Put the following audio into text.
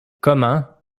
comment